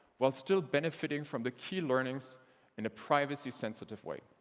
while still benefiting from the key learnings in a privacy sensitive way.